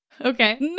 Okay